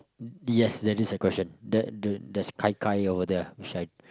yes that is a question there the there's Kai-Kai over there ah which I